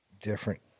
different